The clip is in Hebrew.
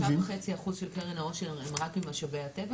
3.5% של קרן העושר הם רק ממשאבי הטבע?